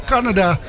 Canada